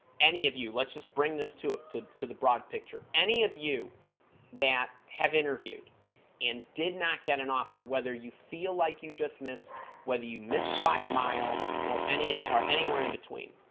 any of you let's just bring this to up to to the broad picture any of you that have interviewed and did not get an offer whether you feel like you just missed whether you missed by a mile or any and they are anywhere in between